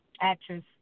Actress